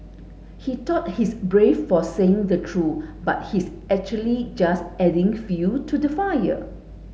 he thought he's brave for saying the truth but he's actually just adding fuel to the fire